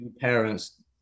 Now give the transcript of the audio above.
parents